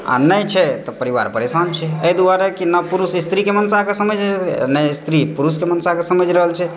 आ नहि छै तऽ परिवार परेशान छै एहि दुआरे कि न पुरुष स्त्रीके मनसाके समझि रहल छै आ नहि स्त्री पुरुषके मनसाके समझि रहल छै